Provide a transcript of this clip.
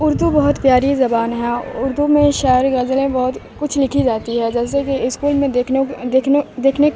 اردو بہت پیاری زبان ہے اردو میں شاعری غزلیں بہت کچھ لکھی جاتی ہے جیسے کہ اسکول میں دیکھنے کو دیکھنے دیکھنے